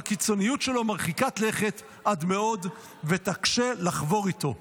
והקיצוניות שלו מרחיקת לכת עד מאוד ותקשה לחבור" איתו.